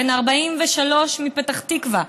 בן 43 מפתח תקווה,